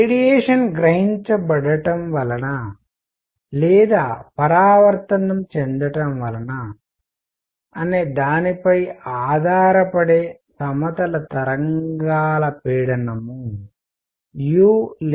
radiation గ్రహించబడటం లేదా పరావర్తనం చెందటం అనే దానిపై ఆధారపడే సమతల తరంగాల పీడనం u లేదా 2u